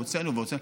והוצאנו והוצאנו.